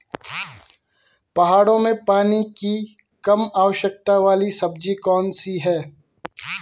पहाड़ों में पानी की कम आवश्यकता वाली सब्जी कौन कौन सी हैं?